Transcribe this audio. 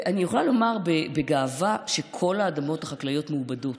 אני יכולה לומר בגאווה שכל האדמות החקלאיות מעובדות.